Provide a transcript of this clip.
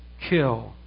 kill